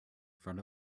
front